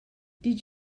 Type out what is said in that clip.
did